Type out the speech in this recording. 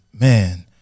man